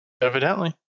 Evidently